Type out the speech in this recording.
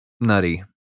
nutty